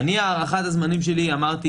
הערכת הזמנים שלי, אמרתי.